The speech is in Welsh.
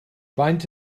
faint